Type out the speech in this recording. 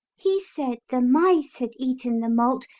he said the mice had eaten the malt,